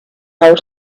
hold